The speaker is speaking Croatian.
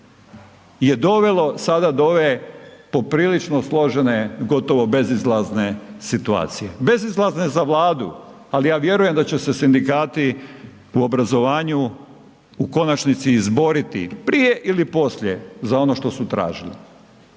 je dovelo sada do ove poprilično složene gotovo bezizlazne situacije, bezizlazne za Vladu, ali ja vjerujem da će se sindikati u obrazovanju u konačnici izboriti, prije ili poslije za ono što su tražili.